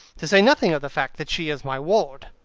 to say nothing of the fact that she is my ward.